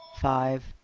Five